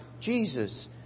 Jesus